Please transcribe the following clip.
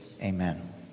Amen